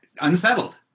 unsettled